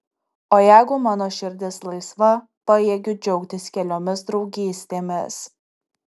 o jeigu mano širdis laisva pajėgiu džiaugtis keliomis draugystėmis